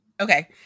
Okay